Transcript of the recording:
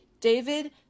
David